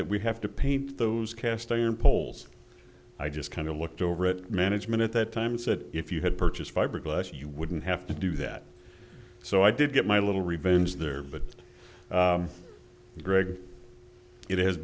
that we have to paint those cast iron poles i just kind of looked over at management at that time said if you had purchased fiberglass you wouldn't have to do that so i did get my little revenge there but greg it has